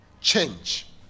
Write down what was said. change